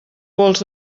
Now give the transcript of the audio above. pols